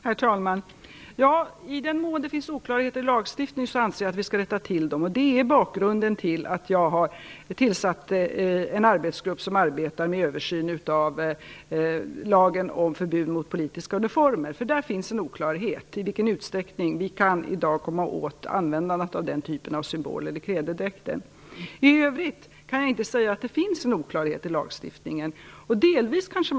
Herr talman! I den mån det finns oklarheter i lagstiftningen anser jag att vi skall rätta till dessa. Detta är bakgrunden till att jag har tillsatt en arbetsgrupp som arbetar med översyn av lagen om förbud mot politiska uniformer. Där finns nämligen en oklarhet om i vilken utsträckning man i dag kan komma åt användandet av denna typ av symboler i klädedräkten. I övrigt kan jag inte säga att det finns någon oklarhet i lagstiftningen på detta område.